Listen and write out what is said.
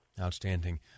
Outstanding